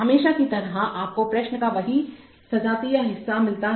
हमेशा की तरह आपको प्रश्न का वही सजातीय हिस्सा मिलता है